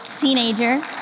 teenager